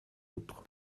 autres